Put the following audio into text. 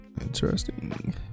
Interesting